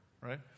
right